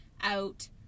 out